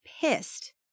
pissed